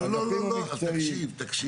לא סתם.